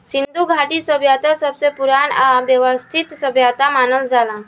सिन्धु घाटी सभ्यता सबसे पुरान आ वयवस्थित सभ्यता मानल जाला